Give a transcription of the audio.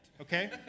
okay